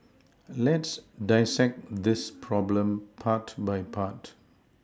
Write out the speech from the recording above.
let's dissect this problem part by part